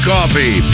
Coffee